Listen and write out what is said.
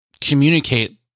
communicate